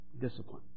discipline